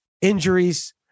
injuries